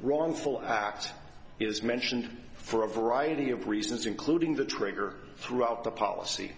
wrongful act is mentioned for a variety of reasons including the trigger throughout the policy